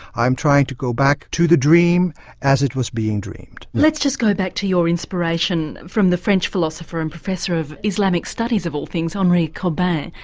i'm trying to go back to the dream as it was being dreamed. let's just go back to your inspiration from the french philosopher and professor of islamic studies, of all things, henry corbin.